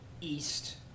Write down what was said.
east